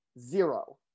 zero